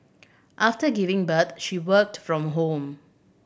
after giving birth she worked from home